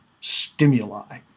stimuli